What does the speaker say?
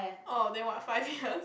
[ohh] then what five years